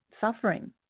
suffering